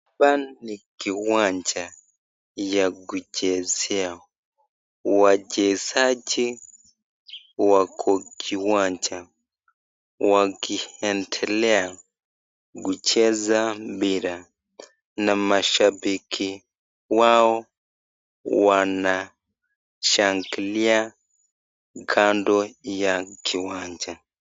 Hapa ni kiwanja ya kuchezea, wachezaji wako kiwanja wakiendelea kucheza mpira na mashabiki wao wanashangilia kando ya kiwanja.